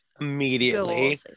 immediately